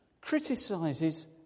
criticizes